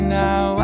now